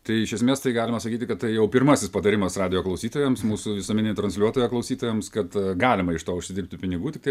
tai iš esmės tai galima sakyti kad tai jau pirmasis patarimas radijo klausytojams mūsų visuomeninio transliuotojo klausytojams kad galima iš to užsidirbti pinigų tiktai